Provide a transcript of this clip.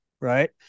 right